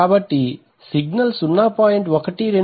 కాబట్టి సిగ్నల్ 0